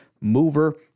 mover